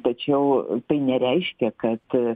tačiau tai nereiškia kad